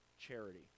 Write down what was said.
charity